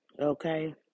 Okay